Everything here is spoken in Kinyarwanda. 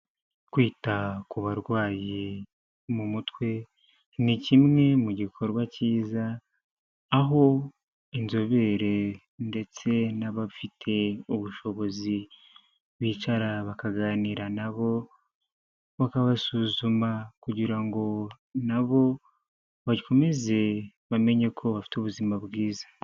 Kwita ku barwayi bo mu mutwe, ni kimwe mu gikorwa cyiza, aho inzobere ndetse n'abafite ubushobozi bicara bakaganira nabo, bakabasuzuma kugira ngo nabo bakomeze bamenye ko bafite ubuzima bwiza.